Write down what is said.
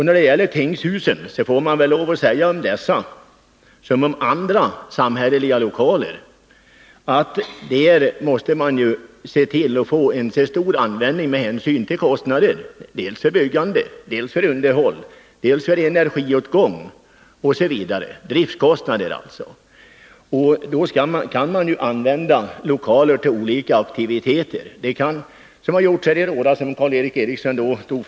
När det gäller tingshusen får man lov att säga om dessa som om andra samhälleliga lokaler att användningen med hänsyn till kostnader för byggande, underhåll och energiåtgång — dvs. driftkostnaderna — måste vara så stor som möjligt. Då kan man använda lokalerna till olika aktiviteter, vilket man gjort i Råda, som Karl Erik Eriksson nämnde.